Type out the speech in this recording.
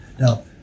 Now